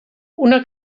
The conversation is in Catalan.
una